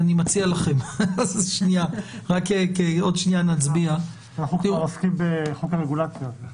אני מציע לכם --- אנחנו כבר עוסקים בחוק הרגולציה.